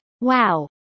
Wow